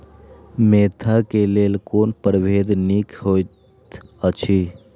Mentha क लेल कोन परभेद निक होयत अछि?